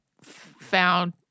found